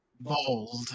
Bold